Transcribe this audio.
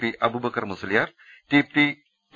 P Abubakar Musliyar T